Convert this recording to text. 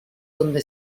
donde